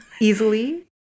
easily